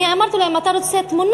אני אמרתי לו, אם אתה רוצה תמונות,